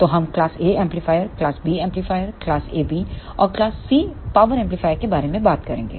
तो हम class A amplifier class B amplifier class AB और क्लास C पावर एम्पलीफायर के बारे में बात करेंगे